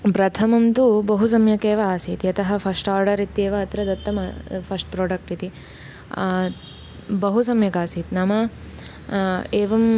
प्रथमं तु बहु सम्यकेव आसीत् यतः फ़स्ट् आर्डरित्येव अत्र दत्तं आ फ़स्ट् प्रोडक्टिति बहु सम्यकासीत् नाम एवं